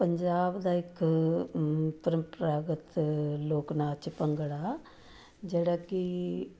ਪੰਜਾਬ ਦਾ ਇੱਕ ਪਰੰਪਰਾਗਤ ਲੋਕ ਨਾਚ ਭੰਗੜਾ ਜਿਹੜਾ ਕਿ